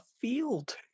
field